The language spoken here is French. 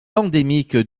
endémique